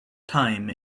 time